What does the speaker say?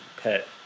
pet